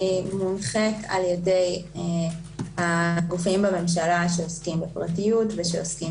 מונחית על-ידי הגופים בממשלה שעוסקים בפרטיות ושעוסקים